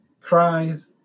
cries